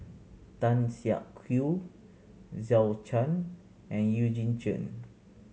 Tan Siak Kew Zhou Can and Eugene Chen